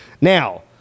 now